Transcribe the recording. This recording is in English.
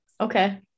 Okay